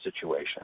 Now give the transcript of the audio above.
situation